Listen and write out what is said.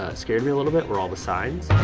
ah scared me a little bit were all the signs.